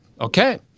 Okay